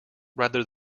rather